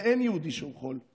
ואין יהודי של חול,